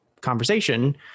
conversation